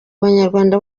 abanyarwanda